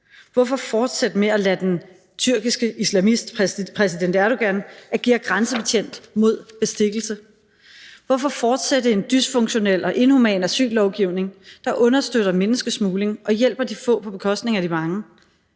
Hvorfor fortsætte med at lade den tyrkiske islamist, præsident Erdogan, agere grænsebetjent mod bestikkelse; hvorfor fortsætte en dysfunktionel og inhuman asyllovgivning, der understøtter menneskesmugling og hjælper de få på bekostning af de mange?